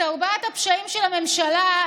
את ארבעת הפשעים של הממשלה,